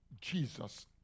Jesus